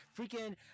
Freaking